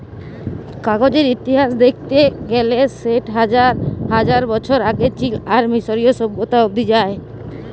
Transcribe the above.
কাগজের ইতিহাস দ্যাখতে গ্যালে সেট হাজার হাজার বছর আগে চীল আর মিশরীয় সভ্যতা অব্দি যায়